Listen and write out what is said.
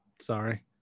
Sorry